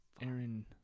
Aaron